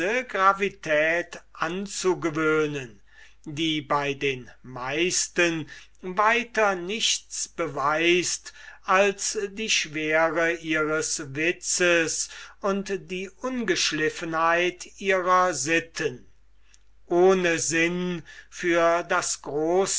anzugewöhnen die bei den meisten weiter nichts beweist als die schwere ihres witzes und die ungeschliffenheit ihrer sitten ohne sinn für das